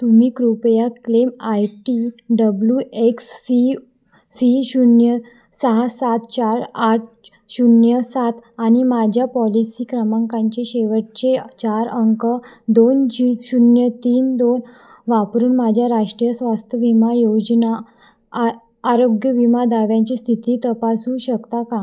तुम्ही कृपया claim I T W X C C शून्य सहा सात चार आठ शून्य सात आणि माझ्या पॉलिसी क्रमांकांचे शेवटचे चार अंक दोन झि शून्य तीन दोन वापरून माझ्या राष्ट्रीय स्वास्थ विमा योजना आ आरोग्य विमा दाव्यांची स्थिती तपासू शकता का